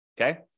Okay